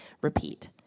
repeat